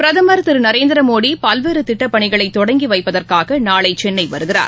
பிரதமர் திரு நரேந்திரமோடி பல்வேறு திட்டப்பணிகளை தொடங்கி வைப்பதற்காக நாளை தமிழகம் வருகிறார்